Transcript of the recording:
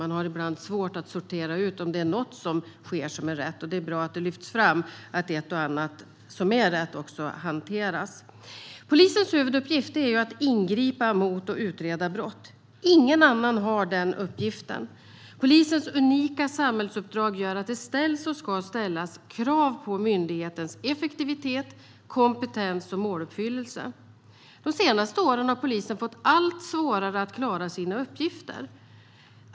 Man har ibland svårt att sortera ut om det över huvud taget är något som sker som är rätt, och det är bra att det lyfts fram att det också finns ett och annat som hanteras rätt. Polisens huvuduppgift är att ingripa mot och utreda brott. Ingen annan har den uppgiften. Polisens unika samhällsuppdrag gör att det ställs och ska ställas krav på myndighetens effektivitet, kompetens och måluppfyllelse. De senaste åren har polisen fått allt svårare att klara sina uppgifter.